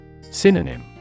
Synonym